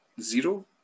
Zero